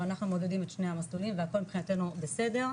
אבל אנחנו מעודדים את שני המסלולים והכול מבחינתנו בסדר.